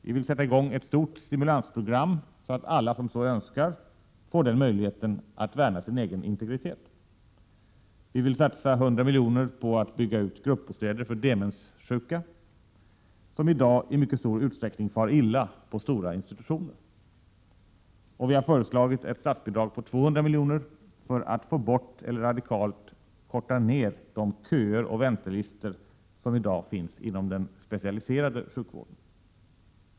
Vi vill sätta i gång med ett stort stimulansprogram, så att alla som så önskar får möjlighet att på detta sätt värna sin egen integritet. Vi vill satsa 100 miljoner på att bygga ut gruppbostäder för demenssjuka, som i dag i mycket stor utsträckning far illa på stora institutioner. Vidare har vi föreslagit ett statsbidrag på 200 miljoner för åtgärder som syftar till att få bort eller radikalt korta ned de köer och väntelistor som i dag finns inom den specialiserade sjukvården.